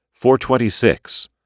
426